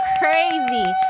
crazy